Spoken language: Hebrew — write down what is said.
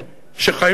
שחיים כאן.